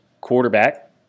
Quarterback